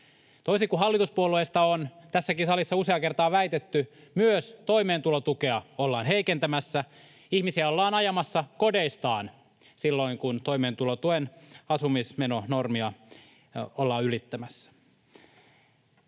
Toisin kuin hallituspuolueista on tässäkin salissa useaan kertaan väitetty, myös toimeentulotukea ollaan heikentämässä. Ihmisiä ollaan ajamassa kodeistaan silloin, kun toimeentulotuen asumismenonormia ollaan ylittämässä.